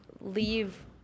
leave